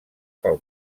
pel